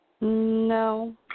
No